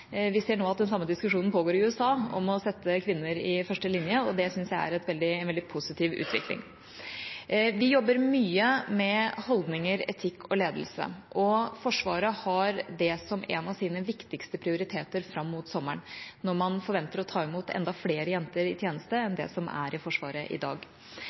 Vi ser nå at den samme diskusjonen pågår i USA, om å sette kvinner i første linje. Det syns jeg er en veldig positiv utvikling. Vi jobber mye med holdninger, etikk og ledelse. Forsvaret har det som en av sine viktigste prioriteter fram mot sommeren, når man forventer å ta imot enda flere jenter i tjeneste enn det som er i Forsvaret i dag.